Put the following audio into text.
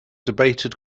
debated